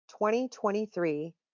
2023